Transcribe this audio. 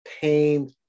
pain